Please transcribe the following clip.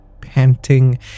Panting